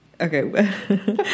Okay